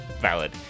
Valid